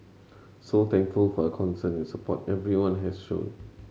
so thankful for concern and support everyone has shown